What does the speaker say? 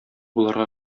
боларга